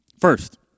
First